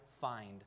find